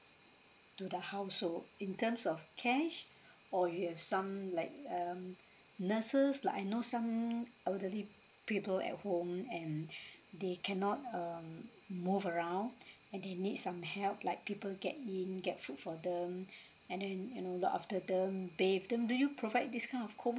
to the household in terms of cash or you have some like um nurses like I know some elderly people at home and they cannot um move around and they need some help like people get in get food for them and then you know look after them bathe them do you provide these kind of home